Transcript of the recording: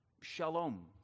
shalom